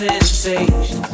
Sensation